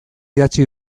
idatzi